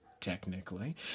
technically